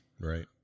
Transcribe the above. right